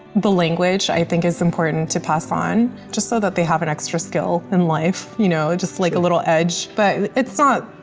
the language. i think it's important to pass on, just so they have an extra skill in life, you know, just like a little edge. but it's not,